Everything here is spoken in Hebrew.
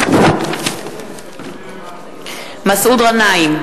מסעוד גנאים,